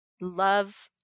Love